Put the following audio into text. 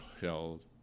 held